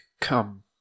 come